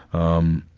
um,